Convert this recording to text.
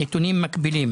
נתונים מקבילים